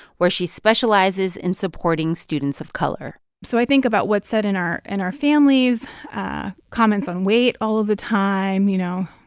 where she specializes in supporting students of color so i think about what's said in our in our families' comments on weight all of the time you know,